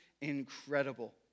incredible